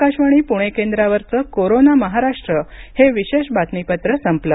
आकाशवाणी पुणे केंद्रावरचं कोरोना महाराष्ट्र हे विशेष बातमीपत्र संपलं